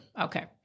Okay